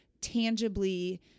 tangibly